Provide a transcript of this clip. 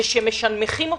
משנמכים אותן.